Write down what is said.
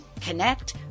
connect